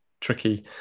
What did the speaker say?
tricky